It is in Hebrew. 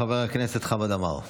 חבר הכנסת חמד עמאר,